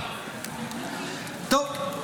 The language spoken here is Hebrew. טוב,